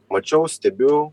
mačiau stebiu